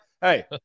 Hey